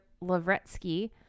Lavretsky